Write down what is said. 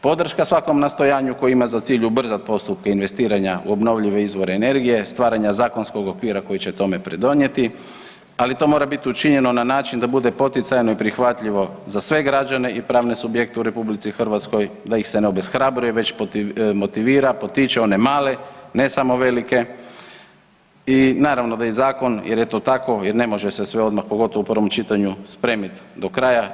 Podrška svakom nastojanju koji ima za cilj ubrzat postupke investiranja u obnovljive izvore energije, stvaranja zakonskog okvira koji će tome pridonijeti, ali to mora biti učinjeno na način da bude poticajno i prihvatljivo za sve građane i pravne subjekte u RH, da ih se ne obeshrabruje već motivira, potiče one male, ne samo velike i naravno da i zakon jer je to tako jer ne može se sve odmah pogotovo u prvom čitanju spremit do kraja.